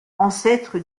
ancêtre